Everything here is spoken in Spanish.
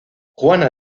juana